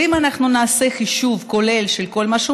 ואם אנחנו נעשה חישוב כולל של כל מה שהוא